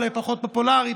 אולי פחות פופולרי,